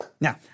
Now